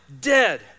dead